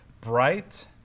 bright